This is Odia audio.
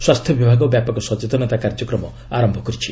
ସ୍ୱାସ୍ଥ୍ୟ ବିଭାଗ ବ୍ୟାପକ ସଚେତନତା କାର୍ଯ୍ୟକ୍ରମ ଆରମ୍ଭ କରିଛି